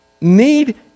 need